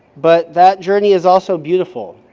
but that journey is also beautiful,